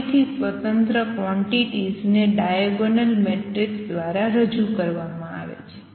સમય થી સ્વતંત્ર ક્વોંટીટીઝ ને ડાયગોનલ મેટ્રિસ દ્વારા રજૂ કરવામાં આવે છે